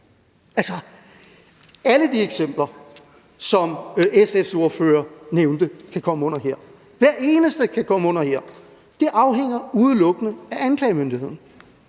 alle de eksempler, som SF's ordfører nævnte, kan komme under det her. Hver eneste af dem kan komme under det her. Det afhænger udelukkende af anklagemyndigheden.